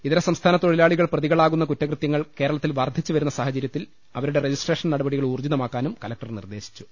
ഇതര സംസ്ഥാന തൊഴിലാളികൾ പ്രതികളാകുന്ന കുറ്റകൃ തൃങ്ങൾ കേരളത്തിൽ വർദ്ധിച്ചു വരുന്ന സാഹചരൃത്തിൽ അവ രുടെ രജിസ്ട്രേഷൻ നടപടികൾ ഊർജിതമാക്കാനും കലക്ടർ നിർദ്ദേശിച്ചു